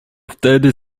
wtedy